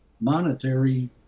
monetary